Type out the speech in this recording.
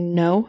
no